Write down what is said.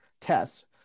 tests